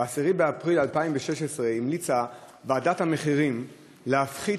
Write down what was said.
ב-10 באפריל 2016 המליצה ועדת המחירים להפחית